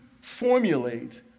formulate